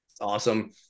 Awesome